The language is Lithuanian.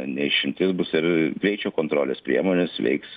ne išimtis bus ir greičio kontrolės priemonės veiks